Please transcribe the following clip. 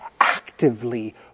actively